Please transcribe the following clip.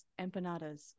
empanadas